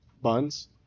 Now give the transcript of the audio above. Buns